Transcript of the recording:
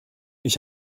ich